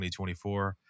2024